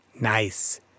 Nice